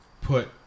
put